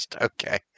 Okay